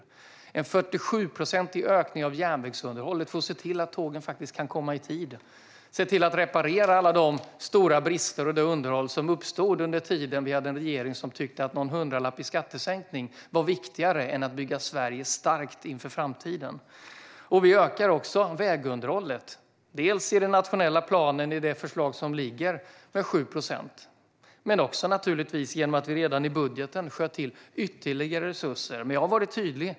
Vi gör en 47-procentig ökning av järnvägsunderhållet för att se till att tågen kan komma i tid och för att reparera alla de stora brister och det underhållsbehov som uppstod under tiden då vi hade en regering som tyckte att någon hundralapp i skattesänkning var viktigare än att bygga Sverige starkt inför framtiden. Vi ökar också vägunderhållet, dels med 7 procent i den nationella planen enligt det förslag som ligger, dels naturligtvis genom att vi redan i budgeten sköt till ytterligare resurser. Jag har varit tydlig.